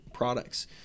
products